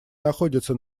находятся